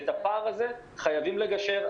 ואת הפער הזה חייבים לגשר.